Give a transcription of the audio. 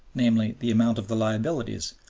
namely, the amount of the liabilities,